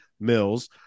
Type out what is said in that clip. Mills